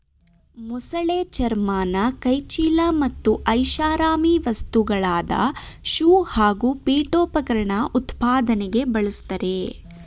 ಮೊಸಳೆ ಚರ್ಮನ ಕೈಚೀಲ ಮತ್ತು ಐಷಾರಾಮಿ ವಸ್ತುಗಳಾದ ಶೂ ಹಾಗೂ ಪೀಠೋಪಕರಣ ಉತ್ಪಾದನೆಗೆ ಬಳುಸ್ತರೆ